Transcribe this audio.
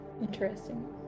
Interesting